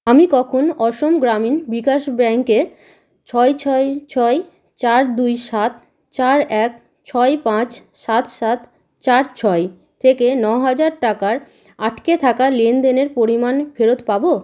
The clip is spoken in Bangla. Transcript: আমি কখন অসম গ্রামীণ বিকাশ ব্যাঙ্কে ছয় ছয় ছয় চার দুই সাত চার এক ছয় পাঁচ সাত সাত চার ছয় থেকে ন হাজার টাকার আটকে থাকা লেনদেনের পরিমাণ ফেরত পাবো